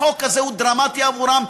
החוק הזה הוא דרמטי עבורם,